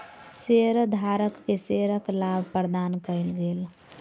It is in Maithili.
शेयरधारक के शेयरक लाभ प्रदान कयल गेल